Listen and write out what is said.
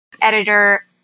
editor